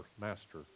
master